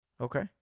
Okay